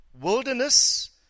wilderness